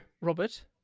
Robert